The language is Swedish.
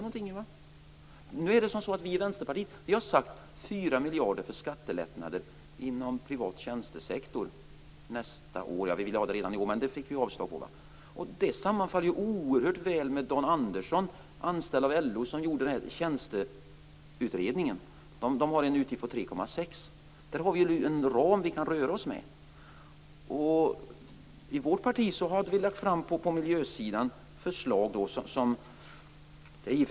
Vi i Vänsterpartiet har föreslagit 4 miljarder för skattelättnader inom privat tjänstesektor nästa år - ja, vi ville ha det redan i år, men det fick vi avslag på. Det sammanfaller oerhört väl med vad Dan Andersson, anställd av LO, sade i tjänsteutredningen. Där har man en utgift på 3,6. Där har vi en ram att röra oss med. I vårt parti har vi på miljösidan lagt fram förslag på 21⁄2 miljard.